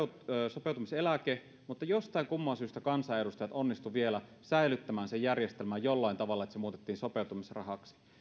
sopeutumiseläke mutta jostain kumman syystä kansanedustajat onnistuivat vielä säilyttämään sen järjestelmän jollain tavalla niin että se muutettiin sopeutumisrahaksi